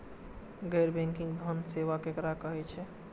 गैर बैंकिंग धान सेवा केकरा कहे छे?